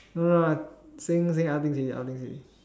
no no no I saying saying other things already other things already